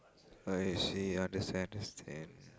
I see understand understand